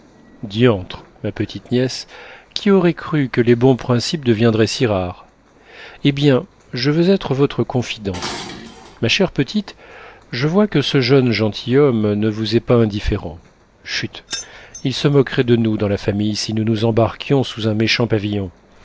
diantre ma petite-nièce qui aurait cru que les bons principes deviendraient si rares eh bien je veux être votre confident ma chère petite je vois que ce jeune gentilhomme ne vous est pas indifférent chut ils se moqueraient de nous dans la famille si nous nous embarquions sous un méchant pavillon